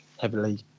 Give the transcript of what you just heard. heavily